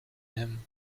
him